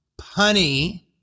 punny